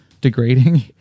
degrading